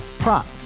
Prop